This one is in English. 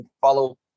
follow